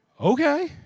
Okay